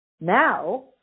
Now